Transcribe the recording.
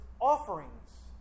offerings